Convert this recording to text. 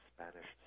Spanish